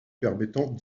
permettant